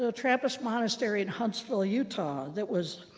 ah trappist monastery in huntsville, utah that was